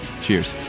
Cheers